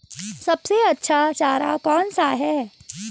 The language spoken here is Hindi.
सबसे अच्छा चारा कौन सा है?